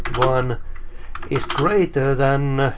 one is greater than